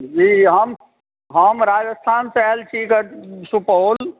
जी हम हम राजस्थानसँ आयल छी सुपौल